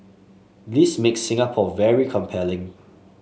this makes Singapore very compelling